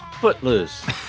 Footloose